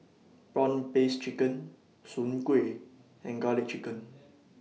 Prawn Paste Chicken Soon Kueh and Garlic Chicken